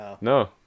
No